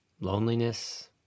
Loneliness